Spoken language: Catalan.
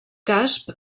casp